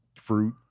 Fruit